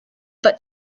but